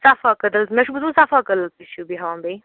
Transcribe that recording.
صفا قٔدٕل مےٚ چھُ بوٗزمُت صفا قٔدلس نِش چھُ بیٚہوان بیٚیہِ